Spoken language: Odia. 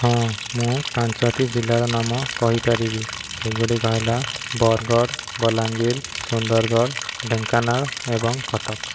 ହଁ ମୁଁ ପାଞ୍ଚଟି ଜିଲ୍ଲାର ନାମ କହିପାରିବି ସେଗୁଡ଼ିକ ହେଲା ବରଗଡ଼ ବଲାଙ୍ଗୀର ସୁନ୍ଦରଗଡ଼ ଢେଙ୍କାନାଳ ଏବଂ କଟକ